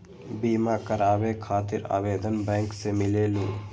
बिमा कराबे खातीर आवेदन बैंक से मिलेलु?